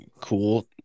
cool